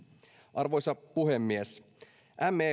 arvoisa puhemies me